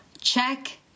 check